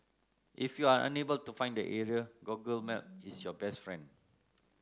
if you're unable to find the area Google Maps is your best friend